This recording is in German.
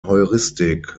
heuristik